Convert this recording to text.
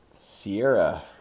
Sierra